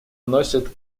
носят